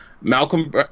Malcolm